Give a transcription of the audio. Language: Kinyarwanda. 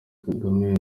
kagame